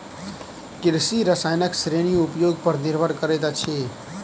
कृषि रसायनक श्रेणी उपयोग पर निर्भर करैत अछि